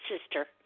sister